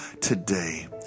today